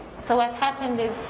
so what happened is,